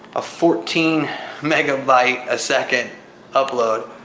a fourteen megabyte a second upload,